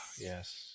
Yes